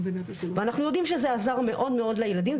אנחנו יודעים שזה עזר מאוד לילדים,